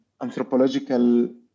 anthropological